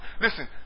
Listen